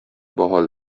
باحال